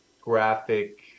graphic